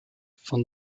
von